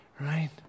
Right